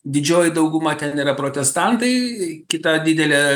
didžioji dauguma ten yra protestantai kita didelė